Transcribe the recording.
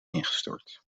ingestort